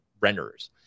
renderers